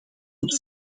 het